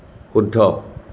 শুদ্ধ